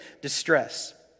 distress